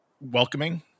welcoming